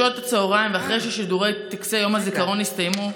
בשעות הצוהריים ואחרי ששידורי טקסי יום הזיכרון הסתיימו,